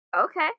Okay